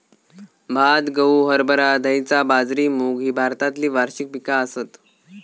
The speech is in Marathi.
भात, गहू, हरभरा, धैंचा, बाजरी, मूग ही भारतातली वार्षिक पिका आसत